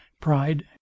pride